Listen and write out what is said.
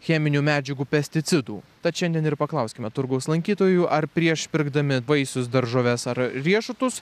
cheminių medžiagų pesticidų tad šiandien ir paklauskime turgaus lankytojų ar prieš pirkdami vaisius daržoves ar riešutus